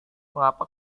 mengapa